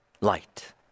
light